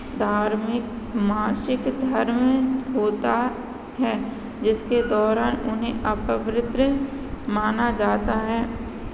धार्मिक मासिक धर्म होता है जिसके दौरान उन्हें अपवित्र माना जाता है